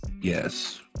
Yes